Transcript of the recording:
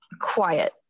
quiet